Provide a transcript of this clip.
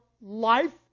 life